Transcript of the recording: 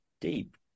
deep